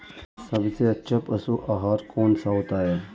सबसे अच्छा पशु आहार कौन सा होता है?